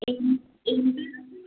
ఏం ఏంటి